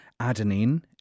adenine